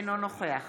אינו נוכח